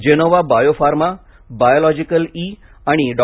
Gennova biopharma biological E आणि डॉ